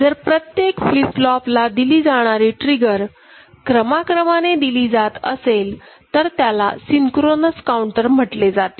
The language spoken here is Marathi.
जर प्रत्येक फ्लीप फ्लॉप ला दिली जाणारी ट्रिगरक्रमाक्रमाने दिली जात असेल तर त्याला सिंक्रोनस काउंटर म्हटले जाते